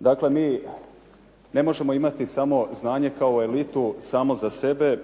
dakle mi ne možemo imati samo znanje kao elitu, samo za sebe